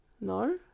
No